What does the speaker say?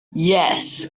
yes